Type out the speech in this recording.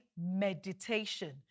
meditation